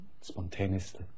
spontaneously